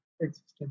existence